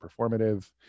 performative